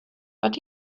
but